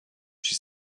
she